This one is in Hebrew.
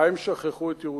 מה, הם שכחו את ירושלים?